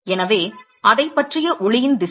எனவே அதைப் பற்றிய ஒளியின் வேகம் 2